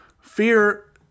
Fear